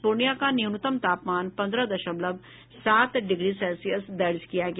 पूर्णिया का न्यूनतम तापमान पंद्रह दशमलव सात डिग्री सेल्सियस दर्ज किया गया